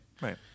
Right